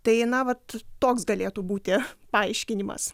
tai na vat toks galėtų būti paaiškinimas